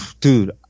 dude